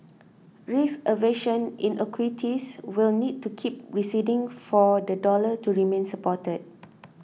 risk aversion in equities will need to keep receding for the dollar to remain supported